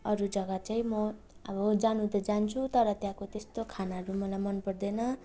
अरू जग्गा चाहिँ म अब जानु त जान्छु तर त्यहाँको त्यस्तो खानाहरू मलाई मन पर्दैन